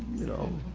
you know,